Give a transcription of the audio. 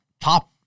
top